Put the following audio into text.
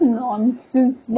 nonsense